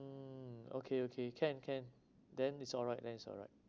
mm okay okay can can then it's alright then it's alright